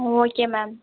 ம் okay ma'am